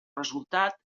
resultat